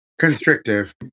constrictive